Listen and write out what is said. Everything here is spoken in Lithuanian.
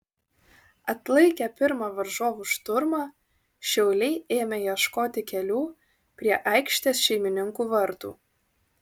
atlaikę pirmą varžovų šturmą šiauliai ėmė ieškoti kelių prie aikštės šeimininkų vartų